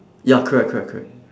ya correct correct correct